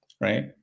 right